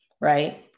right